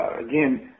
again